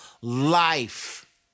life